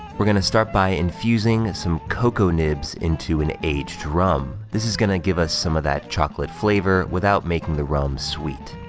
we're gonna start by infusing some cocoa nibs into an aged rum this is gonna give us some of that chocolate flavor without making the rum sweet.